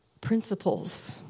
principles